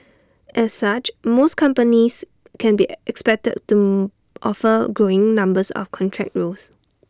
as such most companies can be expected to offer growing numbers of contract roles